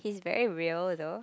is very real though